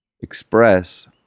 express